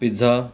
pizza